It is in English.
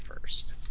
first